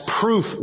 proof